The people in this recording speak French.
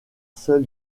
seul